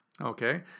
Okay